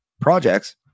projects